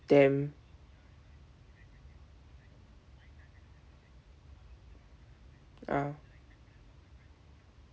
damn ah